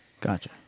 gotcha